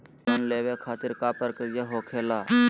Loan लेवे खातिर का का प्रक्रिया होखेला?